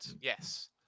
Yes